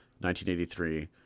1983